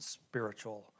spiritual